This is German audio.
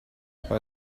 bei